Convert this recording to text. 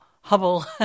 Hubble